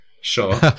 sure